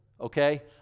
Okay